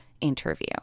interview